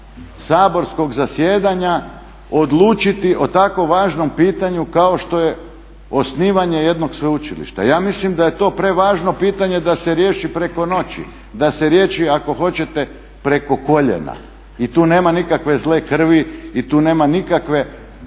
kraja saborskog zasjedanja odlučiti o tako važnom pitanju kao što je osnivanje jednog sveučilišta. Ja mislim da je to prevažno pitanje da se riješi preko noći, da se riješi ako hoćete preko koljena i tu nema nikakve zle krvi i tu nema nikakve